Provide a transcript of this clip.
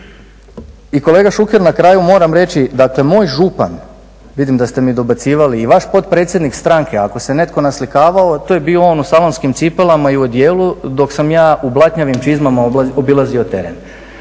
I kolega Šuker, na kraju moram reći, moj župan, vidim da ste mi dobacivali i vaš potpredsjednik stranke, ako se netko naslikavao to je bio on u slavonskim cipelama i u odjelu, dok sam ja u blatnjavim čizmama obilazio teren,